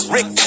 Rick